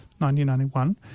1991